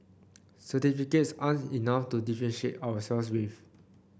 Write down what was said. certificates aren't enough to differentiate ourselves with